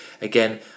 Again